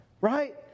Right